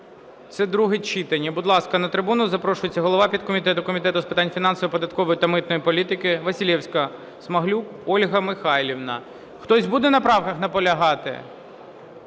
(це друге читання). Будь ласка, на трибуну запрошується голова підкомітету Комітету з питань фінансів, податкової та митної політики Василевська-Смаглюк Ольга Михайлівна. Хтось буде на правках наполягати?